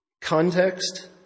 context